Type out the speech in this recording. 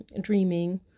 dreaming